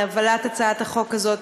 על הובלת הצעת החוק הזאת,